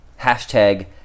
hashtag